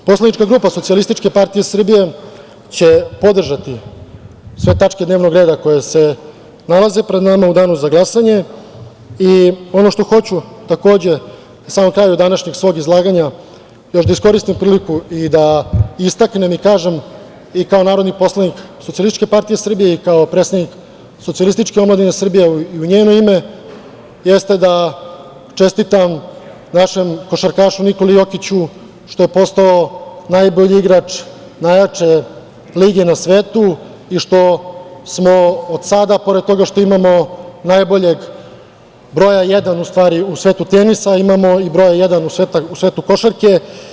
Poslanička grupa Socijalističke partije Srbije će podržati sve tačke dnevnog reda koje se nalaze pred nama u danu za glasanje i ono što hoću na samom kraju današnjeg svog izlaganja još da iskoristim priliku i da istaknem i kažem i kao narodni poslanik Socijalističke partije Srbije i kao predstavnik Socijalističke omladine Srbije jeste da čestitam našem košarkašu Nikoli Jokiću što je postao najbolji igrač najjače lige na svetu i što od sada, pored toga što imamo broj 1 u svetu tenisa, imamo i broj 1 u svetu košarke.